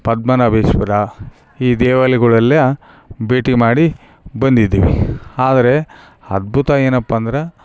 ಪದ್ಮನಾಭೇಶ್ವರ ಈ ದೇವಾಲ್ಯುಗುಳಲ್ಯ ಭೇಟಿ ಮಾಡಿ ಬಂದಿದ್ದೀವಿ ಆದರೆ ಅದ್ಭುತ ಏನಪ್ಪ ಅಂದ್ರೆ